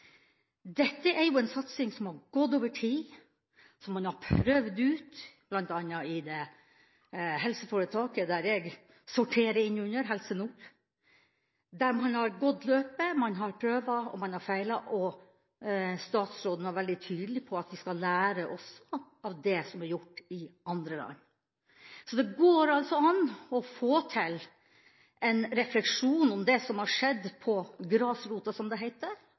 Dette er jo en satsing som har gått over tid, som man har prøvd ut, bl.a. i det helseforetaket jeg sorterer under, Helse Nord, der man har gått løpet, man har prøvd og feilet. Statsråden var veldig tydelig på at vi skal lære også av det som er gjort i andre land. Så det går altså an å få til en refleksjon om det som har skjedd på grasrota, som det heter,